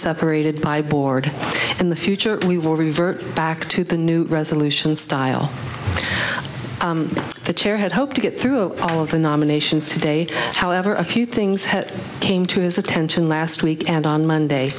separated by board in the future we will revert back to the new resolution style the chair had hoped to get through all the nominations today however a few things came to his attention last week and on monday